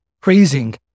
praising